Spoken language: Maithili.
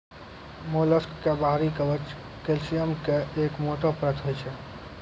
मोलस्क के बाहरी कवच कैल्सियम के एक मोटो परत होय छै